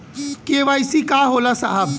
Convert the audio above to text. KYC का होला साहब?